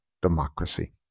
democracy